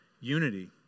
unity